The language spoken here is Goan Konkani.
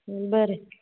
बरें